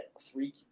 three